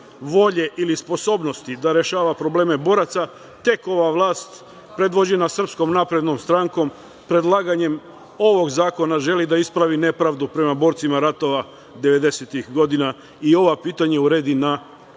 volje ili sposobnosti da rešava probleme boraca, tek ova vlast, predvođena SNS, predlaganjem ovog zakona želi da ispravi nepravdu prema borcima ratova devedesetih godina i ova pitanja uredi na